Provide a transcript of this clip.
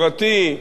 הפרטי,